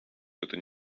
этого